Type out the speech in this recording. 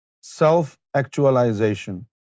self-actualization